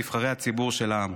נבחרי הציבור של העם.